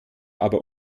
aber